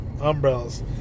Umbrellas